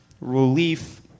relief